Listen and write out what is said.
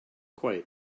quite